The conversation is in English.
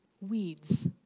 weeds